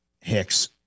Hicks